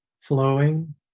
flowing